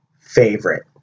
favorite